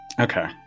okay